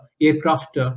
aircraft